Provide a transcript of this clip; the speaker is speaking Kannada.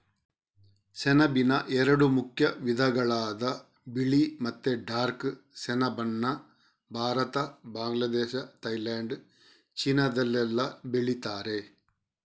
ಸೆಣಬಿನ ಎರಡು ಮುಖ್ಯ ವಿಧಗಳಾದ ಬಿಳಿ ಮತ್ತೆ ಡಾರ್ಕ್ ಸೆಣಬನ್ನ ಭಾರತ, ಬಾಂಗ್ಲಾದೇಶ, ಥೈಲ್ಯಾಂಡ್, ಚೀನಾದಲ್ಲೆಲ್ಲ ಬೆಳೀತಾರೆ